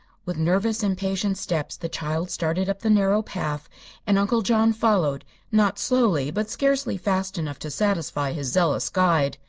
with nervous, impatient steps the child started up the narrow path and uncle john followed not slowly, but scarcely fast enough to satisfy his zealous guide.